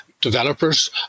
developers